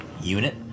unit